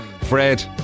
Fred